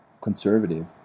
conservative